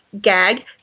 gag